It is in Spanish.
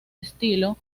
estilo